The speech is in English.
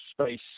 space